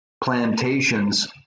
plantations